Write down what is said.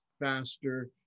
faster